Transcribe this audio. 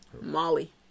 Molly